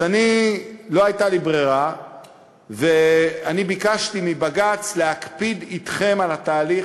אז לא הייתה לי ברירה ואני ביקשתי מבג"ץ להקפיד אתכם על התהליך,